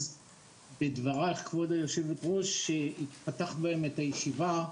בדברייך כבוד יושבת הראש מתחילת הישיבה.